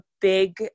big